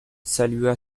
salua